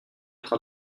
être